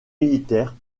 militaire